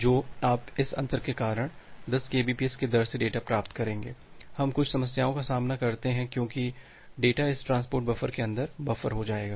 तो आप इस अंतर के कारण 10 केबीपीएस की दर से डेटा प्राप्त करेंगे हम कुछ समस्याओं का सामना करते हैं क्योंकि डेटा इस ट्रांसपोर्ट बफर के अंदर बफर हो जाएगा